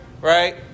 right